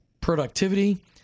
productivity